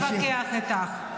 את יודעת מה, זה נבזי להתווכח איתך.